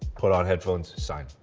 put on headphones, sign.